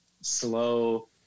slow